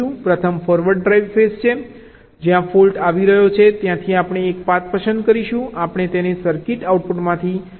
પ્રથમ forward drive phase છે જ્યાં ફોલ્ટ આવી રહ્યો છે ત્યાંથી આપણે એક પાથ પસંદ કરીશું આપણે તેને સર્કિટ આઉટપુટમાંથી એકમાં ફોલ્ટની આ દૃષ્ટિ કહીએ છીએ